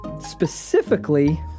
specifically